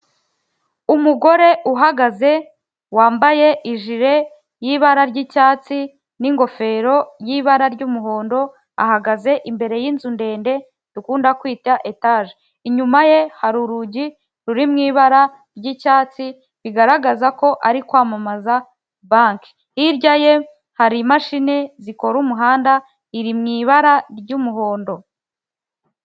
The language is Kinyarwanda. Umugore uhagaze wambaye ijire y'ibara ry'icyatsi n'ingofero y'ibara ry'umuhondo ahagaze imbere y'inzu ndende dukunda kwita etaje. Inyuma ye hari urugi ruri mu ibara ryicyatsi bigaragaza ko ari kwamamaza banki hirya ye hari imashini zikora umuhanda iri mu ibara ry'umuhondo.